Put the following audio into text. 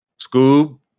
Scoob